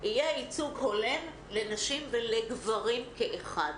יהיה ייצוג הולם לנשים ולגברים כאחד,